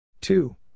Two